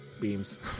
beams